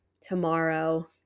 tomorrow